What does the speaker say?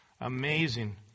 amazing